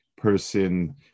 person